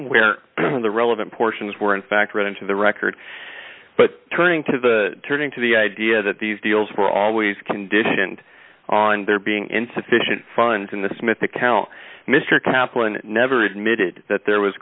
where the relevant portions were in fact written to the record but turning to the turning to the idea that these deals were always conditioned on there being insufficient funds in the smith account mr kaplan never admitted that there was